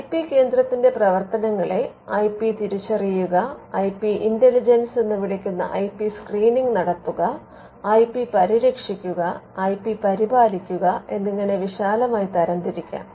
I P കേന്ദ്രത്തിന്റെ പ്രവർത്തനങ്ങളെ I P തിരിച്ചറിയുക ഐ പി ഇന്റലിജൻസ് എന്ന് വിളിക്കുന്ന ഐ പി സ്ക്രീനിംഗ് നടത്തുക ഐ പി പരിരക്ഷിക്കുക ഐ പി പരിപാലിക്കുക എന്നിങ്ങനെ വിശാലമായി തരംതിരിക്കാം